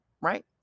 right